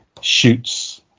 shoots